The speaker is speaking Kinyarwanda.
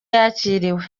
yakiriwe